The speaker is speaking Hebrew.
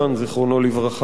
זיכרונו לברכה.